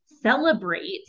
celebrate